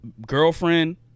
girlfriend